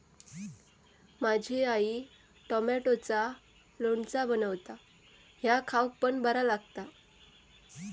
माझी आई टॉमॅटोचा लोणचा बनवता ह्या खाउक पण बरा लागता